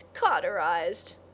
cauterized